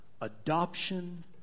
Adoption